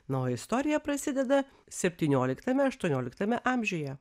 na o istorija prasideda septynioliktame aštuonioliktame amžiuje